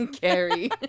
Carrie